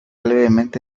levemente